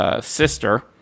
Sister